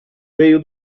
meio